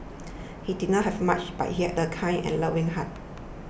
he did not have much but he had a kind and loving heart